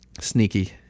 sneaky